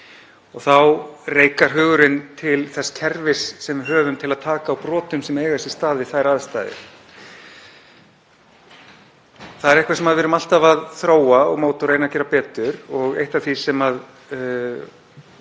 Þá reikar hugurinn til þess kerfis sem við höfum til að taka á brotum sem eiga sér stað við þær aðstæður. Það er eitthvað sem við erum alltaf að þróa og móta og reyna að gera betur. Eitt af því sem var